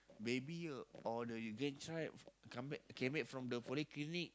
baby or the grandchild come back came back from the polyclinic